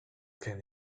can